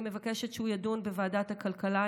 אני מבקשת שהוא יידון בוועדת הכלכלה,